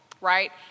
right